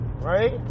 Right